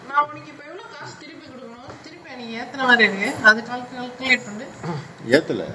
நான் உனக்கு இப்போ எவ்ளோ காசு திருப்பி குடுக்கணும் திருப்பி எத்தரமாரி இரு அத:naan unaku ippa evlo kaasu kudukkanum thirupi yetharamaari iru atha calculate பண்ணு:pannu